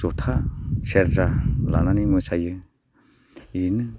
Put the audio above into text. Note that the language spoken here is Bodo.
जथा सेरजा लानानै मोसायो बिदिनो